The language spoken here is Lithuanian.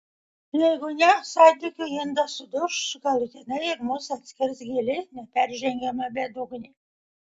jeigu ne santykių indas suduš galutinai ir mus atskirs gili neperžengiama bedugnė